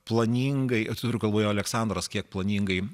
planingai turiu galvoje aleksandras kiek planingai